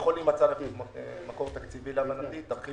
יכול להימצא מקור תקציבי ולהשאיר